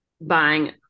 buying